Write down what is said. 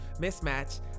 mismatch